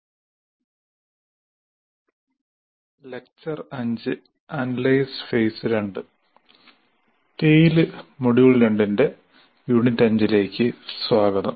TALE module 2 ന്റെ unit 5 ലേക്ക് സ്വാഗതം